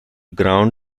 ground